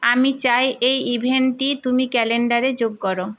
আমি চাই এই ইভেন্টটি তুমি ক্যালেন্ডারে যোগ করো